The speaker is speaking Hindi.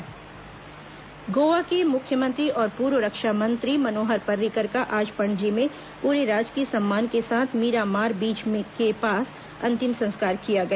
पर्रिकर अंत्येष्टि गोवा के मुख्यमंत्री और पूर्व रक्षा मंत्री मनोहर पर्रिकर का आज पणजी में पूरे राजकीय सम्मान के साथ मीरामार बीच के पास अंतिम संस्कार किया गया